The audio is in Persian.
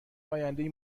آیندهای